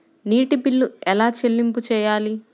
నీటి బిల్లు ఎలా చెల్లింపు చేయాలి?